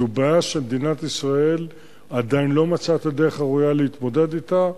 זו בעיה שמדינת ישראל עדיין לא מצאה את הדרך הראויה להתמודד אתה.